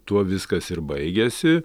tuo viskas ir baigėsi